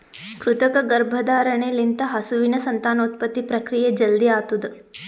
ಕೃತಕ ಗರ್ಭಧಾರಣೆ ಲಿಂತ ಹಸುವಿನ ಸಂತಾನೋತ್ಪತ್ತಿ ಪ್ರಕ್ರಿಯೆ ಜಲ್ದಿ ಆತುದ್